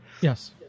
Yes